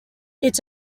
its